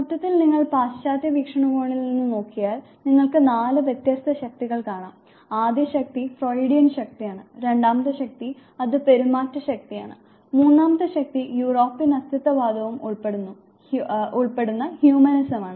മൊത്തത്തിൽ നിങ്ങൾ പാശ്ചാത്യ വീക്ഷണകോണിൽ നിന്ന് നോക്കിയാൽ നിങ്ങൾക്ക് നാല് വ്യത്യസ്ത ശക്തികൾ കാണാം ആദ്യ ശക്തി ഫ്രോയിഡിയൻ ശക്തിയാണ് രണ്ടാമത്തെ ശക്തി അത് പെരുമാറ്റ ശക്തിയാണ് മൂന്നാമത്തെ ശക്തി യൂറോപ്യൻ അസ്തിത്വവാദം ഉൾപ്പെടുന്ന ഹ്യൂമനിസം ആണ്